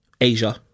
Asia